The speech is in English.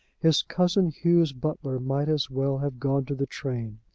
his cousin hugh's butler might as well have gone to the train.